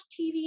TV